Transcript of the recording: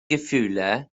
gefühle